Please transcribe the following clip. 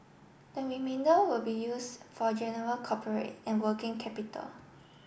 the remainder will be used for general corporate and working capital